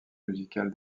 musical